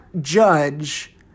judge